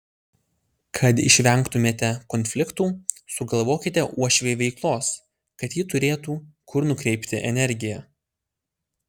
kad išvengtumėte konfliktų sugalvokite uošvei veiklos kad ji turėtų kur nukreipti energiją